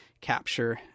capture